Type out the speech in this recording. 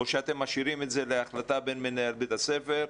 או שאתם משאירים את זה להחלטה בין מנהל בית הספר,